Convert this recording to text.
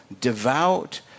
devout